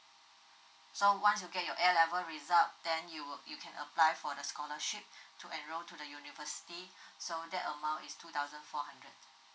so once you get your A level result then you will you can apply for the scholarship to enrol to the university so that amount is two thousand four hundred